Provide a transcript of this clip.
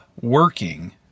working